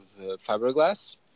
fiberglass